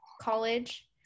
college